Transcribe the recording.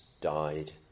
died